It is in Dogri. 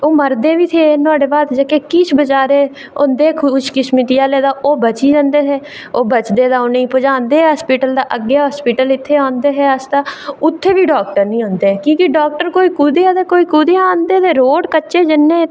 ओह् मरदे बी थे नुहाड़े बाद किश बेचारे होंदे खुशकिस्मती आह्ले तां ओह् बची जंदे हे ते ओह् बची जंदे ते अग्गें इत्थें हॉस्पिटल इत्थें आंदे हे अस्ताल ते उत्थै बी डॉक्टर निं होंदे की के डाक्टर कोई कुदेआ ते कोई कुदेआ ते उंदे रोड़ जेह्ड़े कच्चे